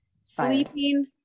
Sleeping